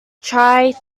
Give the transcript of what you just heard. try